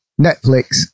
Netflix